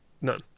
none